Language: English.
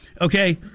Okay